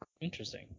Interesting